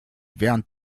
während